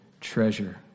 treasure